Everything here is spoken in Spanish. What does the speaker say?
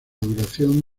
duración